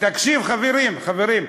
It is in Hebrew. חברים,